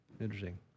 Interesting